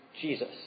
Jesus